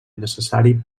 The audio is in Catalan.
necessari